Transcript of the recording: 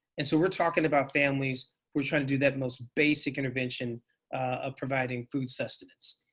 and so we're talking about families. we're trying to do that most basic intervention of providing food sustenance.